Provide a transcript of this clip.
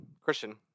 Christian